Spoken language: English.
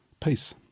peace